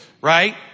right